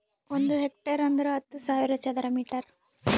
ಒಂದ್ ಹೆಕ್ಟೇರ್ ಅಂದರ ಹತ್ತು ಸಾವಿರ ಚದರ ಮೀಟರ್